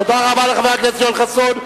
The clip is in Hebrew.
תודה רבה לחבר הכנסת יואל חסון.